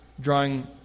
drawing